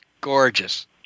gorgeous